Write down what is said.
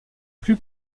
plus